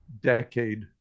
decade